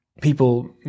people